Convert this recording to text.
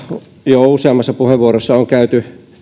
jo useammassa puheenvuorossa on käyty